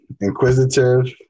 inquisitive